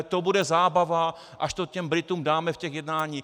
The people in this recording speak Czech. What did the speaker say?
To bude zábava, až to těm Britům dáme v těch jednáních.